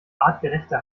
artgerechte